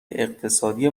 اقتصادی